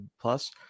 plus